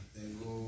tengo